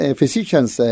physicians